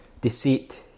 Deceit